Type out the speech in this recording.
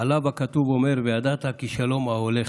עליו הכתוב אומר: 'וידעת כי שלום אהלך'".